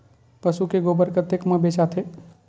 पशु के गोबर कतेक म बेचाथे?